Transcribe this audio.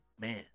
Man